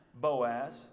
Boaz